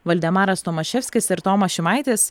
valdemaras tomaševskis ir tomas šimaitis